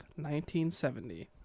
1970